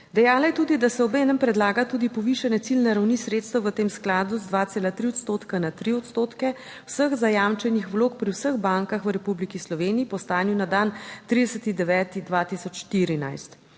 Dejala je tudi, da se obenem predlaga tudi povišanje ciljne ravni sredstev v tem skladu z 2,3 odstotka na 3 odstotke vseh zajamčenih vlog pri vseh bankah v Republiki Sloveniji po stanju na dan 30. 9. 2014.